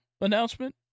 announcement